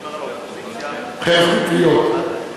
על האופוזיציה, חרב פיפיות.